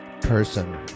Person